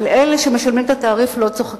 אבל אלה שמשלמים את התעריף לא צוחקים,